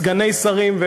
סגני שרים,